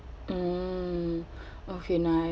mm okay nice